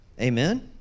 Amen